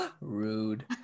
Rude